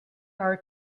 are